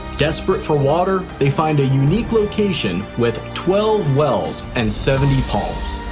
desperate for water, they find a unique location with twelve wells and seventy palms.